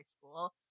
school